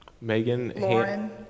Megan